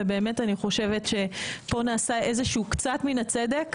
ובאמת אני חושבת שפה נעשה קצת מן הצדק.